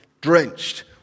drenched